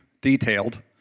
detailed